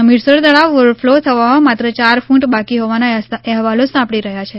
હમીરસર તળાવ ઓવરફલો થવામાં માત્ર યાર ફ્રટ બાકી હોવાના અહેવાલો સાપડી રહ્યા છે